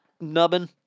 nubbin